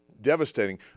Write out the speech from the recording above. devastating